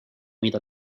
mida